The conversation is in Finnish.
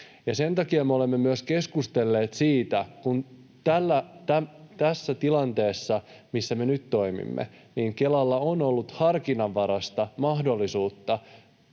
Sen takia me olemme myös keskustelleet siitä, kun tässä tilanteessa, missä me nyt toimimme, Kelalla on ollut harkinnanvaraista mahdollisuutta